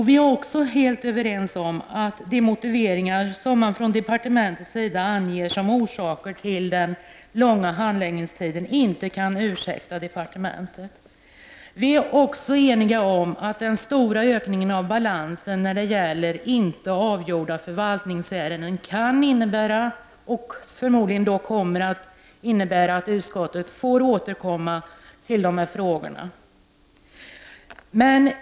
Vi är också helt överens om att de motiveringar som man från departementets sida anger som orsak till den långa handläggningstiden inte kan ursäkta departementet. Vi är också eniga om att den stora ökningen av balansen när det gäller inte avgjorda förvaltningsärenden kan innebära och förmodligen kommer att innebära att utskottet får återkomma till de här frågorna.